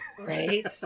right